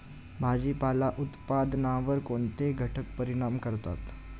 भाजीपाला उत्पादनावर कोणते घटक परिणाम करतात?